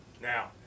Now